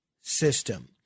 system